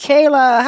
Kayla